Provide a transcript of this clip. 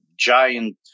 giant